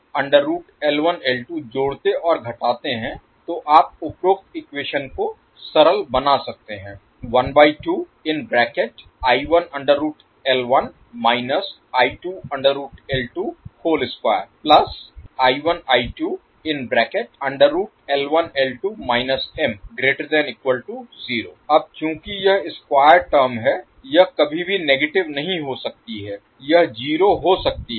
तो जब आप जोड़ते और घटाते हैं तो आप उपरोक्त इक्वेशन को सरल बना सकते हैं अब चूंकि यह स्क्वायर टर्म है यह कभी भी नेगेटिव नहीं हो सकती है यह जीरो हो सकती है